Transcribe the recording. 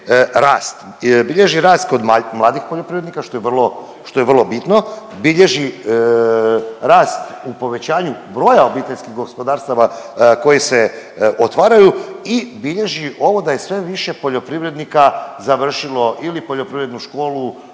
bilježi rast kod mladih poljoprivrednika, što je vrlo bitno, bilježi rast u povećanju broja OPG-a koji se otvaraju i bilježi ovo da je sve više poljoprivrednika završilo ili poljoprivrednu školu